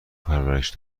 پرورش